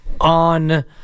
on